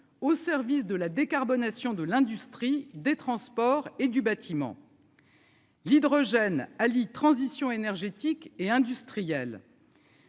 au service de la décarbonation de l'industrie des transports et du bâtiment. L'hydrogène Ali transition énergétique et industriel,